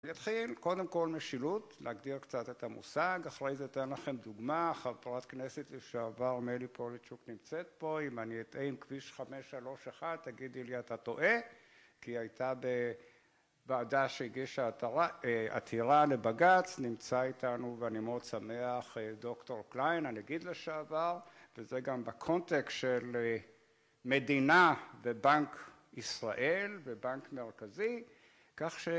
נתחיל קודם כל משילות, להגדיר קצת את המושג, אחרי זה אתן לכם דוגמא, חברת הכנסת לשעבר מלי פוליצ'וק נמצאת פה, אם אני אטעה עם כביש 531, תגידי לי אתה טועה, כי היא הייתה בוועדה שהגישה עתירה לבגץ. נמצא איתנו ואני מאוד שמח, דוקטור קליין, הנגיד לשעבר, וזה גם בקונטקט של מדינה ובנק ישראל, ובנק מרכזי, כך ש...